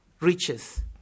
riches